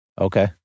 Okay